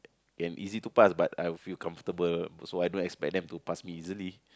easy to pass but I will feel comfortable also I don't expect them to pass me easily